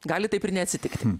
gali taip ir neatsitikti